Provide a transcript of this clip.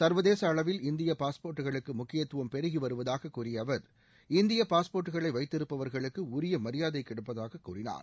சர்வதேச அளவில் இந்திய பாஸ்போர்ட்டுகளுக்கு முக்கியத்துவம் பெருகி வருவதாகக் கூறிய அவர் இந்திய பாஸ்போர்ட்டுகளை வைத்திருப்பவர்களுக்கு உரிய மரியாதை கிடைப்பதாக கூறினார்